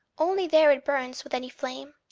only there it burns with any flame.